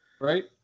Right